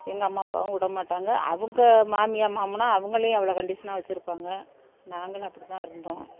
எங்கள் அம்மா அப்பாவும் விட மாட்டாங்க அவங்க மாமியார் மாமனார் அவங்களையும் அவ்வளோ கண்டிஷனாக வெச்சுருப்பாங்க நாங்களும் அப்படி தான் இருந்தோம்